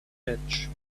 edge